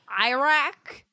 Iraq